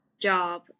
job